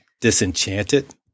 disenchanted